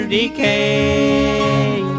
decay